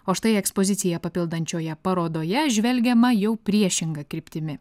o štai ekspoziciją papildančioje parodoje žvelgiama jau priešinga kryptimi